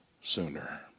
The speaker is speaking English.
sooner